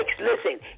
listen